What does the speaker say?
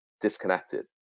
disconnected